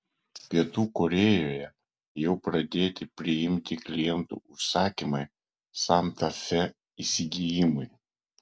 pietų korėjoje jau pradėti priimti klientų užsakymai santa fe įsigijimui